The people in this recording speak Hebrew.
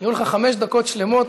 יהיו לך חמש דקות שלמות